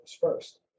first